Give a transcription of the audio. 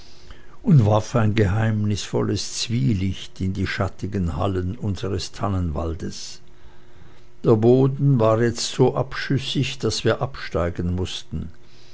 und warf ein geheimnisvolles zwielicht in die schattigen hallen unseres tannenwaldes der boden wurde jetzt so abschüssig daß wir absteigen mußten